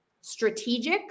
Strategic